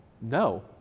no